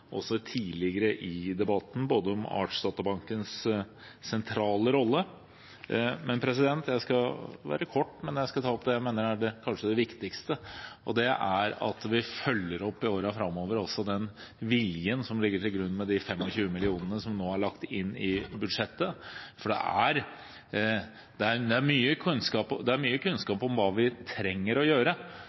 også tidligere i debatten, f.eks. om Artsdatabankens sentrale rolle. Jeg skal være kort, men jeg skal ta opp det jeg mener er kanskje det viktigste. Det er at vi i årene framover også følger opp den viljen som ligger til grunn for de 25 mill. kr som nå er lagt inn i budsjettet. Det er mye kunnskap om hva vi trenger å gjøre,